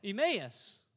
Emmaus